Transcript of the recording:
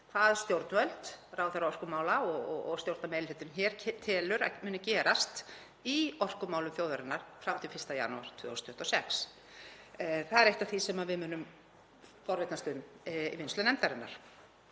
hvað stjórnvöld, ráðherra orkumála og stjórnarmeirihlutinn hér telur að muni gerast í orkumálum þjóðarinnar fram til 1. janúar 2026. Það er eitt af því sem við munum forvitnast um í vinnslu nefndarinnar.